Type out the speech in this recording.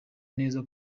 neza